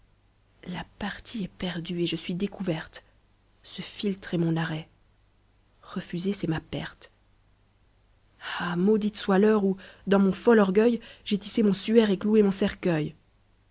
la partie est perdue et je suis découverte ce philtre est mon arrêt refuser c'est ma perte ah maudite soit l'heure où dans mon fol orgueil j'ai tissé mon suaire etctoué mon cercueil